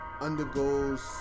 undergoes